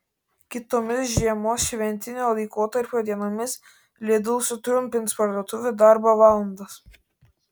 kitomis žiemos šventinio laikotarpio dienomis lidl sutrumpins parduotuvių darbo valandas